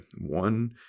one